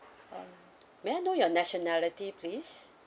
uh may I know your nationality please